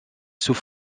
sous